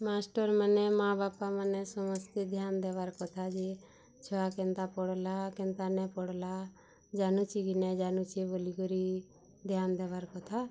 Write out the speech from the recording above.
ମାଷ୍ଟର୍ମାନେ ମା ବାପାମାନେ ସମସ୍ତେ ଧ୍ୟାନ୍ ଦେବାର୍ କଥା ଯେ ଛୁଆ କେନ୍ତା ପଢ଼୍ଲା କେନ୍ତା ନାଇ ପଢ଼୍ଲା ଜାନୁଛି କି ନାଇ ଜାନୁଛି ବୋଲିକରି ଧ୍ୟାନ୍ ଦେବାର୍ କଥା